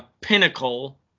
pinnacle